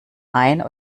ein